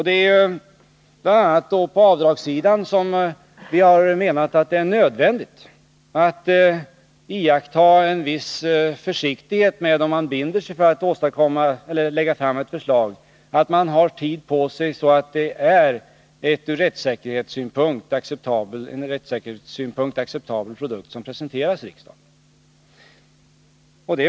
Det är bl.a. på avdragssidan som vi har menat att det är nödvändigt att iaktta en viss försiktighet innan man binder sig för att lägga fram ett förslag, så att det blir en från rättssäkerhetssynpunkt acceptabel produkt som presenteras för riksdagen.